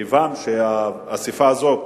כיוון שהאספה הזאת